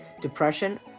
depression